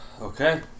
Okay